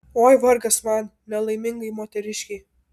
oi vargas man nelaimingai moteriškei